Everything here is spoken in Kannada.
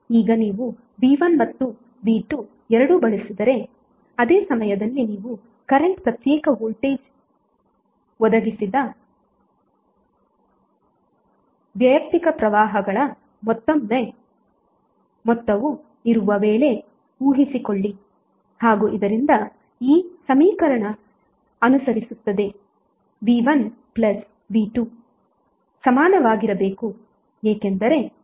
ಈಗ ನೀವು V1 ಮತ್ತು V2 ಎರಡೂ ಬಳಸಿದರೆ ಅದೇ ಸಮಯದಲ್ಲಿ ನೀವು ಕರೆಂಟ್ ಪ್ರತ್ಯೇಕ ವೋಲ್ಟೇಜ್ ಒದಗಿಸಿದ ವೈಯಕ್ತಿಕ ಪ್ರವಾಹಗಳ ಮೊತ್ತವು ಇರುವ ವೇಳೆ ಊಹಿಸಿಕೊಳ್ಳಿ ಹಾಗೂ ಇದರಂತೆ ಈ ಸಮೀಕರಣ ಅನುಸರಿಸುತ್ತದೆ V1V2 ಸಮಾನವಾಗಿರಬೇಕು ಏಕೆಂದರೆ i1R i2R